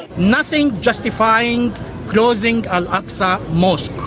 nothing justifying closing al-aqsa mosque.